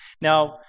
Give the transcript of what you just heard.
Now